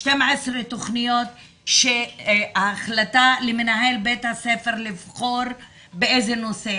תוכניות שההחלטה למנהל בית הספר לבחור באיזה נושא,